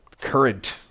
current